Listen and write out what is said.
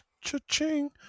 cha-ching